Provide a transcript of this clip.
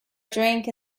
drink